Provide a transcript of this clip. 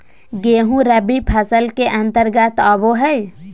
गेंहूँ रबी फसल के अंतर्गत आबो हय